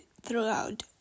throughout